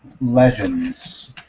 legends